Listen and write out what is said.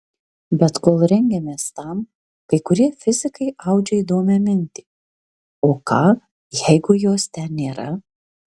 bet kol rengiamės tam kai kurie fizikai audžia įdomią mintį o ką jeigu jos ten nėra